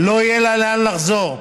לא יהיה לה לאן לחזור.